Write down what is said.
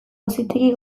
auzitegi